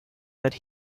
that